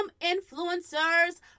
Influencers